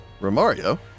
Romario